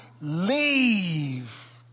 leave